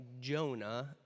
Jonah